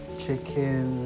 chicken